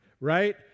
right